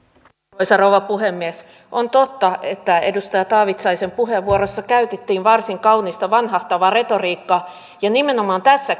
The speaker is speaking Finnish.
arvoisa rouva puhemies on totta että edustaja taavitsaisen puheenvuorossa käytettiin varsin kaunista vanhahtavaa retoriikkaa ja nimenomaan tässä